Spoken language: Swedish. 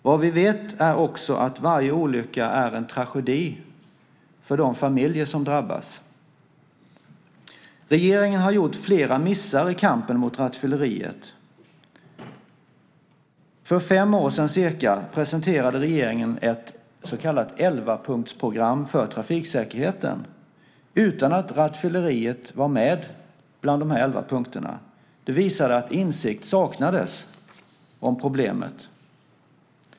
Vad vi vet är också att varje olycka är en tragedi för de familjer som drabbas. Regeringen har gjort flera missar i kampen mot rattfylleriet. För cirka fem år sedan presenterade regeringen ett så kallat elvapunktsprogram för trafiksäkerheten utan att rattfylleriet var med bland de elva punkterna. Det visar att insikt om problemet saknades.